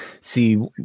see